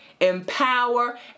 Empower